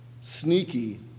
sneaky